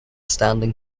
standing